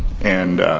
and